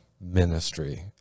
ministry